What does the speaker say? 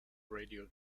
radio